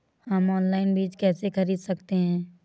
हम ऑनलाइन बीज कैसे खरीद सकते हैं?